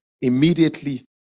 immediately